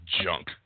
junk